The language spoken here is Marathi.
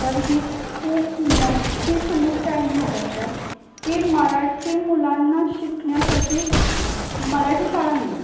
तर ही खूप मोठी समस्या आहे म्हाराष्ट्रात की मराठी मुलांना शिकण्यासाठी मराठी शाळा नाही आहेत